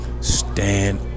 Stand